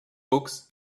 books